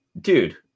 dude